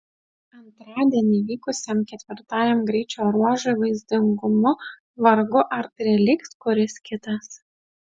antradienį vykusiam ketvirtajam greičio ruožui vaizdingumu vargu ar prilygs kuris kitas